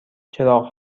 چراغ